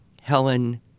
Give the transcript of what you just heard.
Helen